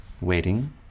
waiting